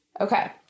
okay